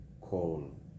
call